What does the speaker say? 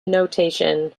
notation